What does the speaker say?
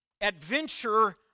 adventure